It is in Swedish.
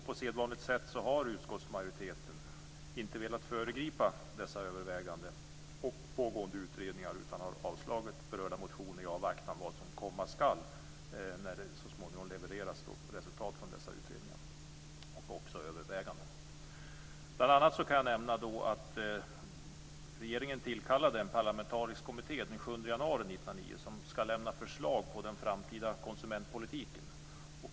På sedvanligt sätt har utskottsmajoriteten inte velat föregripa dessa överväganden och pågående utredningar, utan man har avstyrkt berörda motioner i avvaktan på vad som komma skall när resultaten från dessa utredningar och överväganden levereras. Bl.a. tillkallade regeringen en parlamentarisk kommitté den 7 januari 1999 som ska lämna förslag på den framtida konsumentpolitiken.